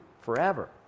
forever